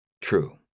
True